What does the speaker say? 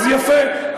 אז יפה,